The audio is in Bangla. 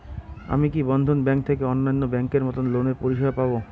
আমি কি বন্ধন ব্যাংক থেকে অন্যান্য ব্যাংক এর মতন লোনের পরিসেবা পাব?